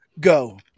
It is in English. go